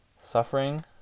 suffering